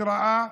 התראה,